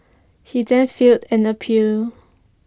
he then filed an appeal